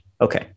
Okay